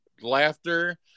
laughter